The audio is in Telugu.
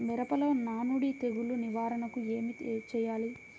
మిరపలో నానుడి తెగులు నివారణకు ఏమి చేయాలి?